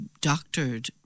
doctored